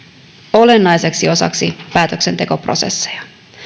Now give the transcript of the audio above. olennaiseksi osaksi päätöksentekoprosesseja